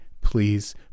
please